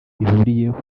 bihuriyeho